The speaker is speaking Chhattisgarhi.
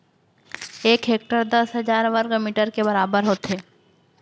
एक हेक्टर दस हजार वर्ग मीटर के बराबर होथे